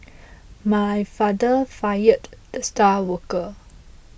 my father fired the star worker